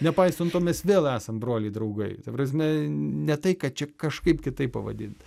nepaisant to mes vėl esame broliai draugai ta prasme ne tai kad čia kažkaip kitaip pavadint